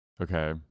Okay